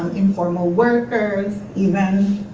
informal workers, even